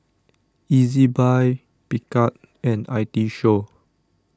Ezbuy Picard and I T Show